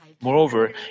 Moreover